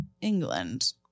England